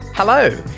Hello